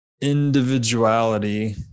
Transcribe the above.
individuality